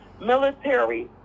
military